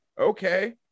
Okay